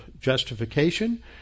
justification